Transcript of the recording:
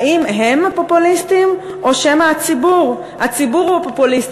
האם הם הפופוליסטים, או שמא הציבור הוא הפופוליסט?